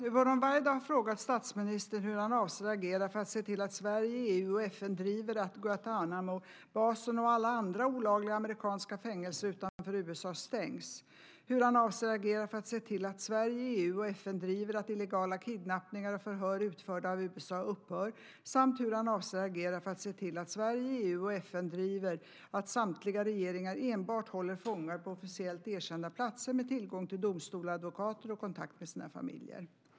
Yvonne Ruwaida har frågat statsministern hur han avser att agera för att se till att Sverige, EU och FN driver att Guantánamobasen och alla andra olagliga amerikanska fängelser utanför USA stängs, hur han avser att agera för att se till att Sverige, EU och FN driver att illegala kidnappningar och förhör utförda av USA upphör samt hur han avser att agera för att se till att Sverige, EU och FN driver att samtliga regeringar enbart håller fångar på officiellt erkända plaster med tillgång till domstolar, advokater och kontakt med sina familjer.